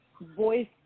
voice